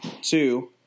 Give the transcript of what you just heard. Two